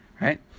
right